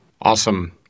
awesome